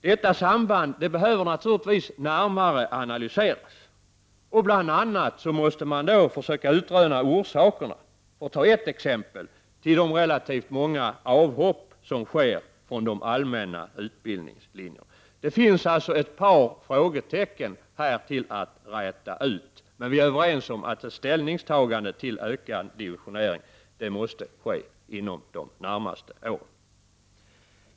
Detta samband behöver närmare analyseras, och bl.a. måste UHÄ utröna orsakerna till de relativt många avhopp som sker från de allmänna utbildningslinjerna. Det finns alltså ett par frågetecken att räta ut, som man säger, men vi är överens om att ett ställningstagande till ökad dimensionering måste göras inom de närmaste åren.